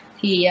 thì